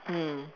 mm